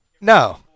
no